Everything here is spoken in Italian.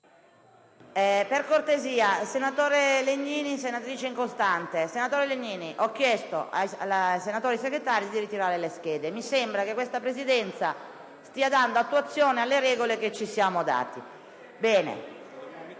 Per cortesia, senatore Legnini e senatrice Incostante! Ho chiesto ai senatori Segretari di far ritirare le schede in più. Mi sembra che questa Presidenza stia dando attuazione alle regole che ci siamo dati. Metto